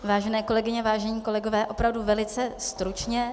Vážené kolegyně, vážení kolegové, opravdu velice stručně.